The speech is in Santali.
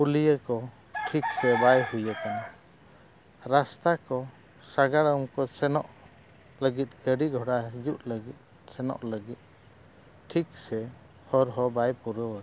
ᱯᱩᱞᱤᱭᱟᱹ ᱠᱚ ᱴᱷᱤᱠ ᱥᱮ ᱵᱟᱭ ᱦᱩᱭ ᱟᱠᱟᱱᱟ ᱨᱟᱥᱛᱟ ᱠᱚ ᱥᱟᱜᱟᱲᱚᱢ ᱠᱚ ᱥᱮᱱᱚᱜ ᱞᱟᱹᱜᱤᱫ ᱜᱟᱹᱰᱤ ᱜᱷᱚᱲᱟ ᱦᱤᱡᱩᱜ ᱞᱟᱹᱜᱤᱫ ᱥᱮᱱᱚᱜ ᱞᱟᱹᱜᱤᱫ ᱴᱷᱤᱠ ᱥᱮ ᱦᱚᱨ ᱦᱚᱸ ᱵᱟᱭ ᱯᱩᱨᱟᱹᱣ ᱟᱠᱟᱱᱟ